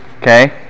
Okay